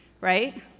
right